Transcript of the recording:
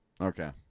Okay